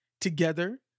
together